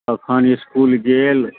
कखन इसकुल गेल